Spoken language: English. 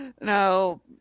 no